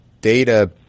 data